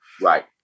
right